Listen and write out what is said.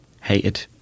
hated